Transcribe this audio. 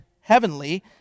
heavenly